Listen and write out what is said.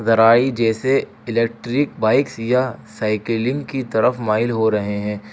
ذرائع جیسے electric bikes یا سائیکلنگ کی طرف مائل ہو رہے ہیں